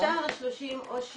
השאר או ש